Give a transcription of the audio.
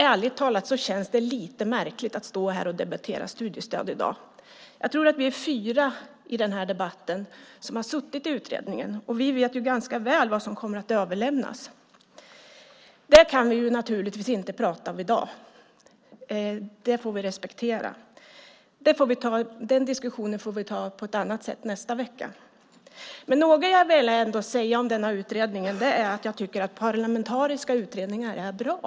Ärligt talat känns det lite märkligt att stå här och debattera studiestöd i dag. Jag tror att vi är fyra i den här debatten som har suttit i utredningen, och vi vet ganska väl vad som kommer att överlämnas. Det kan vi naturligtvis inte prata om i dag. Det får vi respektera. Den diskussionen får vi ta på ett annat sätt nästa vecka. Men något jag ändå vill säga om denna utredning är att jag tycker att parlamentariska utredningar är bra.